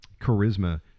charisma